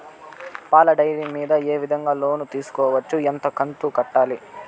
పాల డైరీ మీద ఏ విధంగా లోను తీసుకోవచ్చు? ఎంత కంతు కట్టాలి?